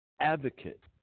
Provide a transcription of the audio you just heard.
advocate